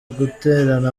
guterana